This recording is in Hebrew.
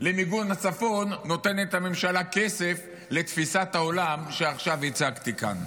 למיגון הצפון הממשלה נותנת כסף לתפיסת העולם שעכשיו הצגתי כאן.